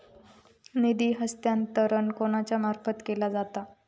निधी हस्तांतरण कोणाच्या मार्फत केला जाता?